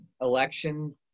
election